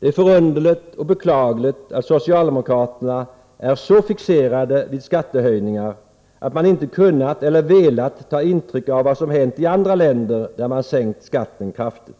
Det är förunderligt och beklagligt att socialdemokraterna är så fixerade vid skattehöjningar att de inte kunnat eller velat ta intryck av vad som hänt i andra länder där man sänkt skatten kraftigt.